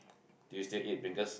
do you still eat pringles